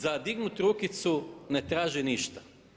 Za dignuti rukicu ne traži ništa.